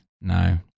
no